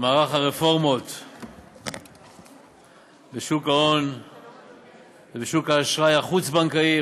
מערך הרפורמות בשוק ההון ובשוק האשראי החוץ בנקאי,